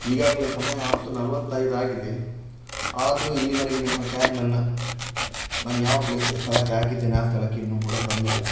ಈಗಾಗಲೇ ಸಮಯ ಹತ್ತು ನಲ್ವತ್ತೈದಾಗಿದೆ ಆದರೂ ಇಲ್ಲಿಯವರೆಗೆ ನಿಮ್ಮ ಕ್ಯಾಬ್ ನನ್ನ ನಾನು ಯಾವ ಪ್ಲೇಸ್ ಸ್ಥಳಕ್ಕೆ ಹಾಕಿದ್ದೇನೆ ಆ ಸ್ಥಳಕ್ಕೆ ಇನ್ನೂ ಕೂಡ ಬಂದಿಲ್ಲ